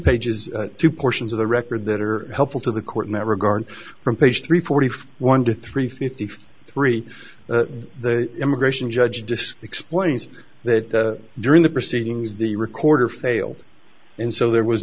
pages two portions of the record that are helpful to the court in that regard from page three forty one to three fifty five three the immigration judge just explains that during the proceedings the recorder failed and so there was